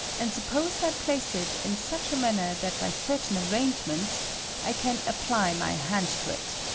and suppose i place it in such a manner that by certain arrangements i can apply my hand to it.